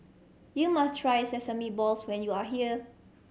you must try sesame balls when you are here